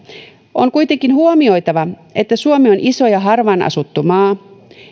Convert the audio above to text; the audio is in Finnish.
on kuitenkin huomioitava että suomi on iso ja harvaan asuttu maa